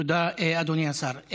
תודה, אדוני השר.